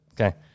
Okay